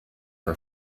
for